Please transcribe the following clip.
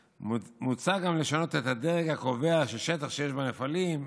ומוצע גם לשנות את הדרג הקובע ששטח שיש בו נפלים,